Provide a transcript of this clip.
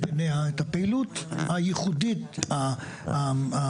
עיניה את הפעילות הייחודית הקהילתית,